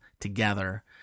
together